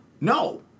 No